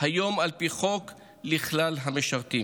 היום לכלל המשרתים